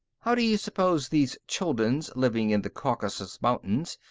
how do you suppose these chulduns, living in the caucasus mountains,